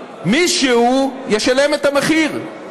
מישהו ישלם את המחיר.